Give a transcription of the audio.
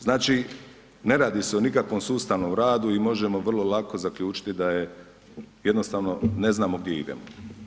Znači ne radi se o nikakvom sustavnom radu i možemo vrlo lako zaključiti da jednostavno ne znamo gdje idemo.